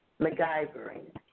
MacGyvering